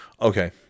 Okay